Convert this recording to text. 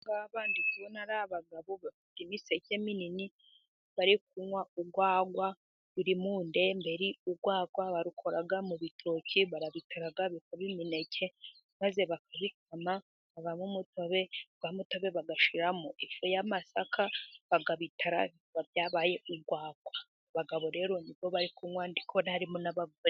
Aba ngaba ndi kubona ari abagabo bafite imiseke mini, bari kunywa urwagwa ruri mu ndemberi. Urwagwa barukora mu bitoke; barabitera bikaba imineke, maze bakabikama bikavamo umutobe, wa mutabe bagashiramo ifu y'amasaka bakabitara, biba byabaye urwagwa. Abagabo rero ni bo bari kunywa, ndi kubona harimo n'abagore.